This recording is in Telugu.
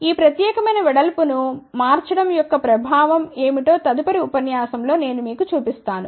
ఈ ప్రత్యేక వెడల్పు ను మార్చడం యొక్క ప్రభావం ఏమిటో తదుపరి ఉపన్యాసం లో నేను మీకు చూపిస్తాను